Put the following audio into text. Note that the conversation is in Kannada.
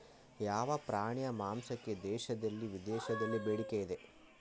ಯಾವ ಪ್ರಾಣಿಯ ಮಾಂಸಕ್ಕೆ ದೇಶದಲ್ಲಿ ವಿದೇಶದಲ್ಲಿ ಬೇಡಿಕೆ ಇದೆ?